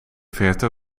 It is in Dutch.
verte